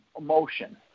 motion